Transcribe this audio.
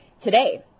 today